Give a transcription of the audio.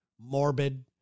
morbid